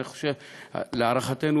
להערכתנו,